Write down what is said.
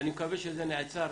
מקווה שזה נעצר